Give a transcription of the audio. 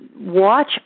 watch